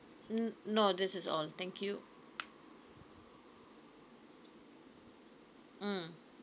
mm no this is all thank you mm